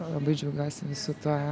labai džiaugiuosi visu tuo